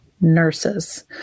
nurses